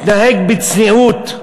התנהג בצניעות.